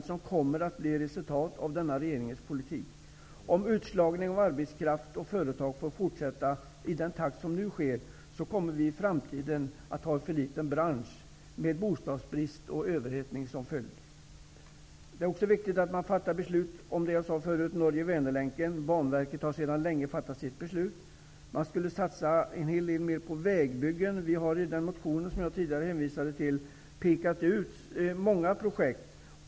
En sådan kommer att bli resultatet av denna regerings politik. Om utslagning av arbetskraft och företag får fortsätta i samma takt som nu, kommer den här branschen i framtiden att vara för liten med bostadsbrist och överhettning som följd. Det är också viktigt, som jag sade förut, att fatta beslut om Norge--Väner-länken. Banverket har fattat sitt beslut för länge sedan. En hel del mera borde satsas på vägbyggen. I den motion som jag tidigare hänvisat till pekar vi på många projekt.